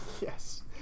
Yes